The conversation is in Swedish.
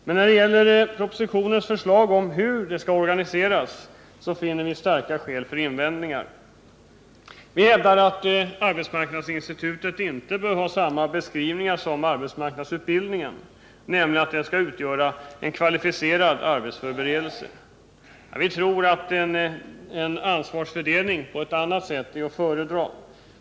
Men vi har starka skäl för invändningar mot förslaget i propositionen om hur det skall organiseras. Vi hävdar att arbetsmarknadsinstitutets verksamhet inte bör ha samma beskrivning som arbetsmarknadsutbildningen, nämligen att den skall utgöra en kvalificerad arbetsförberedelse. Vi tror att en annan ansvarsfördelning är att föredra.